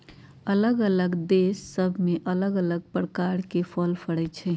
अल्लग अल्लग देश सभ में अल्लग अल्लग प्रकार के फल फरइ छइ